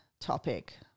topic